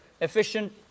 efficient